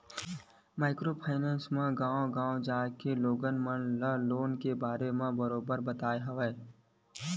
micro finance गाँव गाँव म जाके लोगन मन ल लोन के बारे म बरोबर बताय हवय